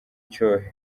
cyohereje